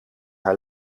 haar